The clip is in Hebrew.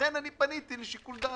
לכן פניתי לשיקול דעתו.